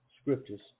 scriptures